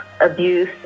abuse